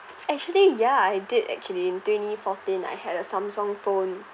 actually ya I did actually in twenty fourteen I had a Samsung phone